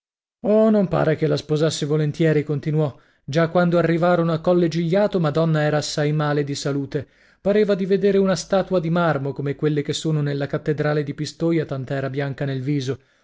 oh non pare che la lo sposasse volentieri continuò già quando arrivarono a colle gigliato madonna era assai male di salute pareva di vedere una statua di marmo come quelle che sono nella cattedrale di pistoia tanto era bianca nel viso